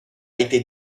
été